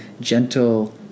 gentle